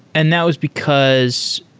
and that was because,